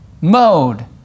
mode